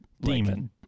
demon